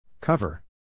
Cover